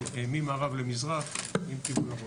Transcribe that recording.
ממערב למזרח, עם כיוון הרוח.